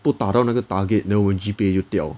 不达到那个 target then 我们的 G_P_A 就掉